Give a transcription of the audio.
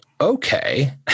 okay